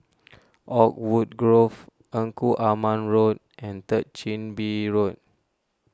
Oakwood Grove Engku Aman Road and Third Chin Bee Road